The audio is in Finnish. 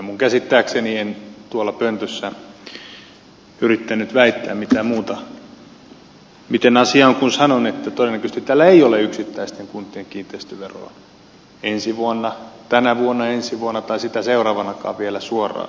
minun käsittääkseni en tuolla pöntössä yrittänyt väittää mitään muuta kuin miten asia on kun sanon että todennäköisesti tällä ei ole yksittäisten kuntien kiinteistöveroon tänä vuonna ensi vuonna tai sitä seuraavanakaan vielä suoraa vaikutusta